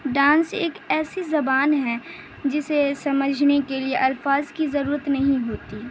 dance ایک ایسی زبان ہے جسے سمجھنے کے لیے الفاظ کی ضرورت نہیں ہوتی